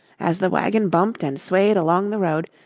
as the wagon bumped and swayed along the road,